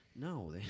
No